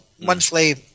monthly